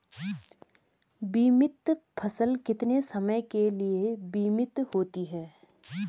बीमित फसल कितने समय के लिए बीमित होती है?